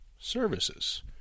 services